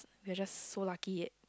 we are just so lucky